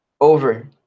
over